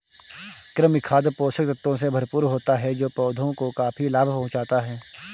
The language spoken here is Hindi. कृमि खाद पोषक तत्वों से भरपूर होता है जो पौधों को काफी लाभ पहुँचाता है